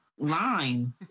Line